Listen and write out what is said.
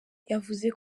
yavuze